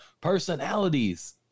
personalities